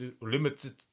limited